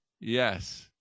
yes